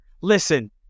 Listen